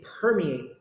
permeate